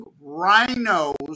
rhinos